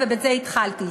ובזה התחלתי,